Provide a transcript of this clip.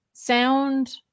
sound